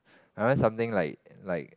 I want something like like